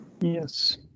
Yes